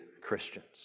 Christians